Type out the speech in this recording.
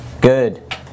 Good